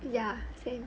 ya same